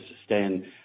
sustain